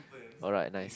alright nice